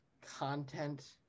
content